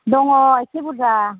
दङ इसे बुरजा